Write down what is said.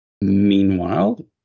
Meanwhile